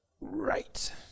right